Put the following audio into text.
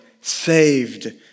saved